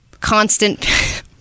constant